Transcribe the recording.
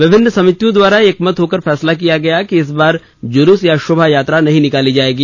विभिन्न समितियों द्वारा एकमत होकर फैसला लिया गया कि इस बार जुलूस या शोभायात्रा नहीं निकाली जायेगी